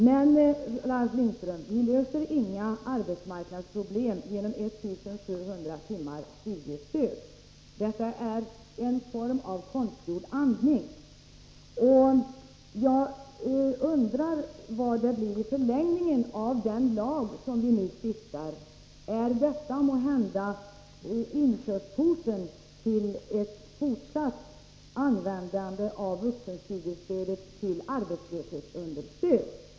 Men vi löser, Ralf Lindström, inga arbetsmarknadsproblem med 1750 timmar studiestöd. Det är en form av konstgjord andning. Jag undrar vad det i förlängningen blir av den lag vi nu skall stifta. Är detta måhända inkörsporten till ett fortsatt användande av vuxenstudiestödet till arbetslöshetsunderstöd?